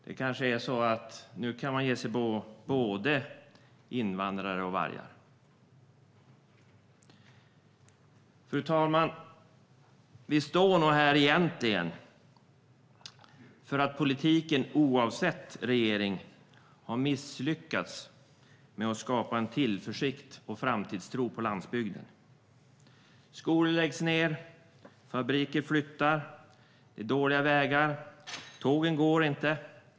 Det kanske är så att nu kan man ge sig på både invandrare och vargar. Fru talman! Vi står nog här egentligen för att politiken, oavsett regering, har misslyckats med att skapa en tillförsikt och framtidstro på landsbygden. Skolor läggs ned, fabriker flyttar, det är dåliga vägar, tågen går inte.